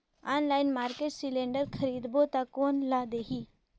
Online market cylinder खरीदबो ता कोन ला देही?